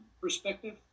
perspective